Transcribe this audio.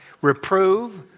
Reprove